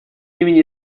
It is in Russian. имени